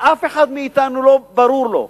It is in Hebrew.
ואף אחד מאתנו לא ברור לו,